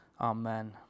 Amen